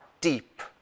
deep